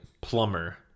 Plumber